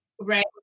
right